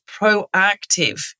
proactive